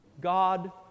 God